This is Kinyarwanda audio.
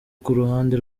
kuruhande